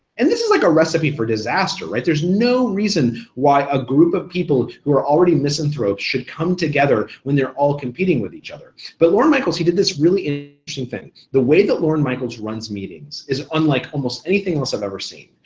and this is like a recipe for disaster, right? there's no reason why a group of people who are already misanthropes should come together when they're all competing with each other. but lorne michaels, he did this really interesting thing. the way that lorne michaels runs meetings is unlike almost anything else i've ever seen,